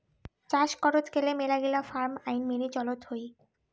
চাস করত গেলে মেলাগিলা ফার্ম আইন মেনে চলত হই